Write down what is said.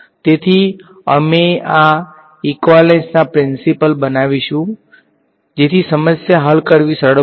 તેથી અમે આ ઈકવાલેંસના પ્રિંસીપલ બનાવીશું જેથી સમસ્યા હલ કરવી સરળ બને